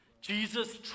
Jesus